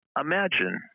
imagine